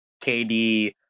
KD